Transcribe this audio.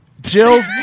Jill